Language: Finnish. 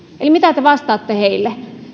eli mitä te vastaatte heille